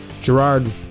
Gerard